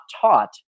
taught